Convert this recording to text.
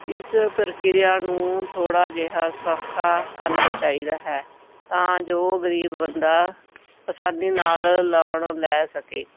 ਇਸ ਪ੍ਰਕਿਰਿਆ ਨੂੰ ਥੋੜ੍ਹਾ ਜਿਹਾ ਸੌਖਾ ਕਰਨਾ ਚਾਹੀਦਾ ਹੈ ਤਾਂ ਜੋ ਗਰੀਬ ਬੰਦਾ ਆਸਾਨੀ ਨਾਲ ਲੋਨ ਲੈ ਸਕੇ